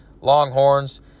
Longhorns